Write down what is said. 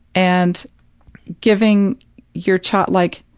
and giving your child like,